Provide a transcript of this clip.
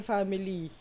Family